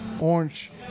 orange